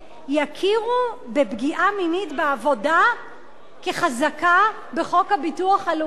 יכירו בפגיעה מינית בעבודה כחזקה בחוק הביטוח הלאומי,